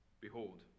Behold